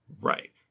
Right